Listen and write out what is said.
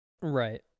Right